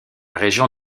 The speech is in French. région